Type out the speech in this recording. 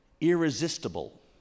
irresistible